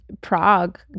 Prague